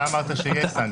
אתה אמרת שיש סנקציה.